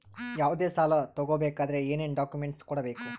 ಯಾವುದೇ ಸಾಲ ತಗೊ ಬೇಕಾದ್ರೆ ಏನೇನ್ ಡಾಕ್ಯೂಮೆಂಟ್ಸ್ ಕೊಡಬೇಕು?